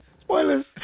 Spoilers